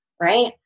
right